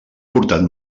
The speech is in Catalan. portat